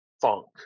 funk